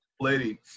lady